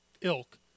ilk